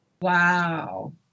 wow